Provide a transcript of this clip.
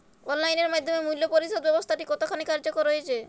Online এর মাধ্যমে মূল্য পরিশোধ ব্যাবস্থাটি কতখানি কার্যকর হয়েচে?